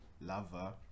Lover